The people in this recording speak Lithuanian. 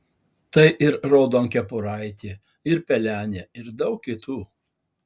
tai ir raudonkepuraitė ir pelenė ir daug kitų